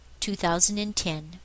2010